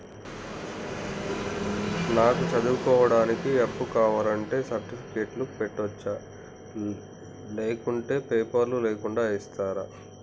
నాకు చదువుకోవడానికి అప్పు కావాలంటే సర్టిఫికెట్లు పెట్టొచ్చా లేకుంటే పేపర్లు లేకుండా ఇస్తరా?